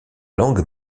langue